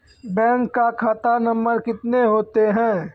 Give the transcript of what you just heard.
Bank का खाता number कितने होते हैं?